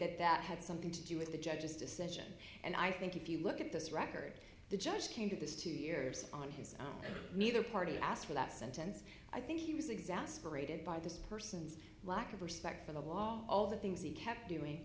that that had something to do with the judge's decision and i think if you look at this record the judge came to this two years on his own and neither party asked for that sentence i think he was exasperated by this person's lack of respect for the law all the things he kept doing